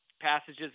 passages